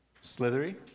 Slithery